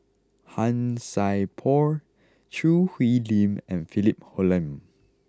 Han Sai Por Choo Hwee Lim and Philip Hoalim